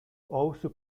also